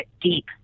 deep